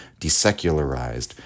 desecularized